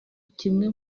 kimwe